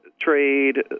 trade